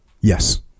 Yes